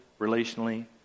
relationally